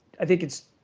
i think it's